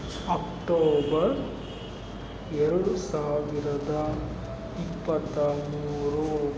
October ಎರಡು ಸಾವಿರದ ಇಪ್ಪತ್ತ ಮೂರು